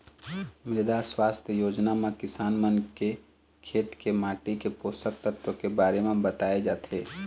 मृदा सुवास्थ योजना म किसान मन के खेत के माटी के पोसक तत्व के बारे म बताए जाथे